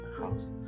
house